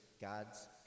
God's